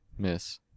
miss